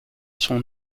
sont